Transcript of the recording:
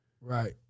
Right